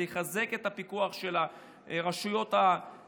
זה יחזק את הפיקוח של רשויות המדינה,